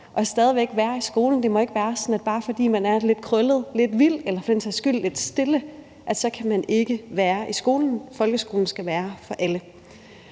og stadig væk være i skolen. Det må ikke være sådan, at bare fordi man er lidt krøllet, lidt vild eller for den sags skyld lidt stille, så kan man ikke være i skolen. Folkeskolen skal være for alle.